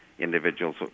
Individuals